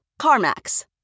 CarMax